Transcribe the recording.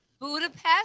Budapest